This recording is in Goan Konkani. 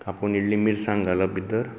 तातूंत इल्ली मिरसांग घालप भितर